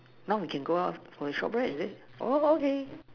now we can go out for a short break is it oh okay